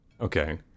okay